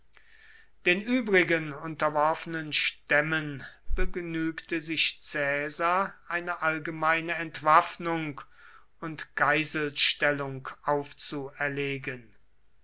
den übrigen unterworfenen stämmen begnügte sich caesar eine allgemeine entwaffnung und geiselstellung aufzuerlegen